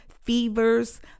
fevers